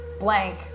Blank